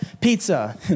pizza